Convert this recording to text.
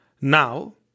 now